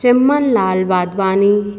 Chimanlal Wadhwani